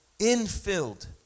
infilled